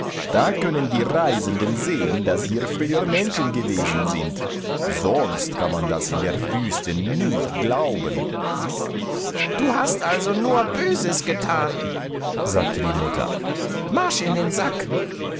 da können die reisenden sehen daß hier früher menschen gewesen sind sonst kann man das in der wüste nicht glauben du hast also nur böses gethan sagte die mutter marsch in den sack